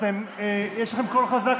יש לכם קול חזק,